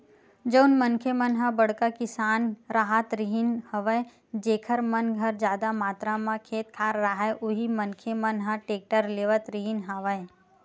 जउन मनखे मन ह बड़का किसान राहत रिहिन हवय जेखर मन घर जादा मातरा म खेत खार राहय उही मनखे मन ह टेक्टर लेवत रिहिन हवय